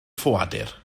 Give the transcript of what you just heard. ffoadur